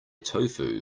tofu